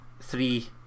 three